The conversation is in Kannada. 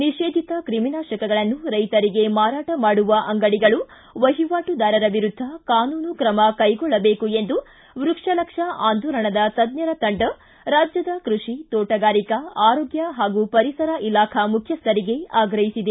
ನಿಷೇಧಿತ ಕ್ರಿಮಿನಾಶಕಗಳನ್ನು ರೈತರಿಗೆ ಮಾರಾಟ ಮಾಡುವ ಅಂಗಡಿಗಳು ವಹಿವಾಟುದಾರರ ವಿರುದ್ದ ಕಾನೂನು ಕ್ರಮ ಕೈಗೊಳ್ಳಬೇಕು ಎಂದು ವ್ಯಕ್ಷಲಕ್ಷ ಆಂದೋಲನದ ತಜ್ಞರ ತಂಡ ರಾಜ್ಯದ ಕೃಷಿ ತೋಟಗಾರಿಕಾ ಆರೋಗ್ಗ ಹಾಗೂ ಪರಿಸರ ಇಲಾಖಾ ಮುಖ್ಯಸ್ಥರಿಗೆ ಆಗ್ರಹಿಸಿದೆ